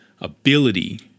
ability